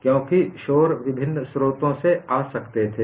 क्योंकि शोर विभिन्न स्रोतों से आ सकते थे